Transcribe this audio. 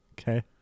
Okay